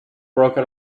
broken